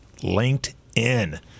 LinkedIn